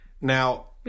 Now